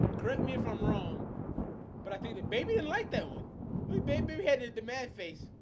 correct me if i'm wrong but i think that baby and light that one babe baby head into man face.